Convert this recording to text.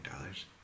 dollars